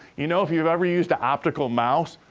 you know, if you've ever used the optical mouse,